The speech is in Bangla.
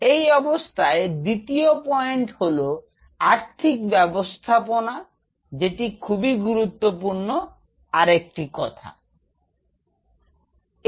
এই অবস্থায় দ্বিতীয় পয়েন্ট হল আর্থিক ব্যবস্থাপনা যেটি খুবই গুরুত্বপূর্ণ আরেকটি কথা বলছি